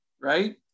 right